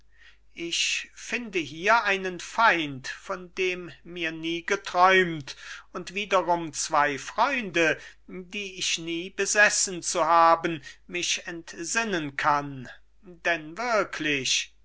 ich finde hier einen feind von dem mir nie geträumt und wiederum zwei freunde die ich nie besessen zu haben mich entsinnen kann denn wirklich